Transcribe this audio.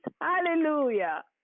hallelujah